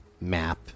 map